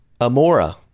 amora